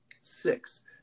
six